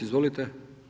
Izvolite.